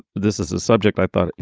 this is a subject i thought,